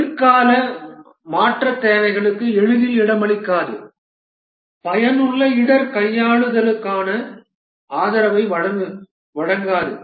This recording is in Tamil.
பிற்கால மாற்றத் தேவைகளுக்கு எளிதில் இடமளிக்காது பயனுள்ள இடர் கையாளுதலுக்கான ஆதரவை வழங்காது